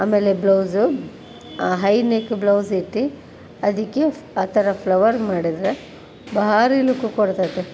ಆಮೇಲೆ blouse high neck blouse ಇದೆ ಅದಕ್ಕೆ ಆ ಥರ ಫ್ಲವರ್ ಮಾಡಿದರೆ ಭಾರಿ ಲುಕ್ಕು ಕೊಡ್ತದೆ